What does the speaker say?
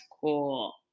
cool